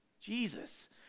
Jesus